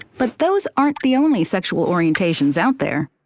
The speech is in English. but those aren't the only sexual orientations out there.